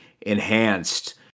enhanced